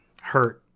hurt